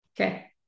Okay